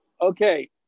Okay